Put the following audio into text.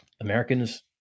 Americans